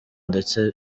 ndetse